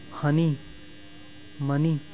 ਹਨੀ money